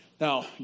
Now